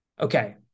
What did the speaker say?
okay